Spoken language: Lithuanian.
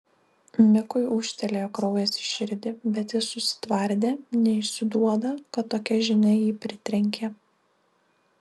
mikui ūžtelėjo kraujas į širdį bet jis susitvardė neišsiduoda kad tokia žinia jį pritrenkė